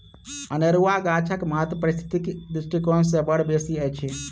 अनेरुआ गाछक महत्व पारिस्थितिक दृष्टिकोण सँ बड़ बेसी अछि